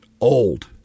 old